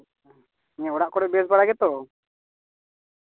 ᱚᱲᱟᱜ ᱠᱚᱨᱮᱫ ᱵᱮᱥ ᱵᱟᱲᱟ ᱜᱮᱛᱚ